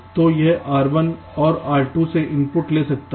तो यह R1 और R2 से इनपुट ले सकता है